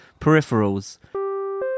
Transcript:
peripherals